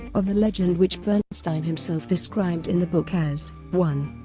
of the legend which bernstein himself described in the book as one.